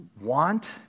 want